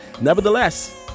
Nevertheless